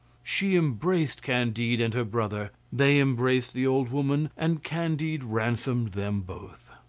she embraced candide and her brother they embraced the old woman, and candide ransomed them both.